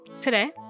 today